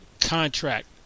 contract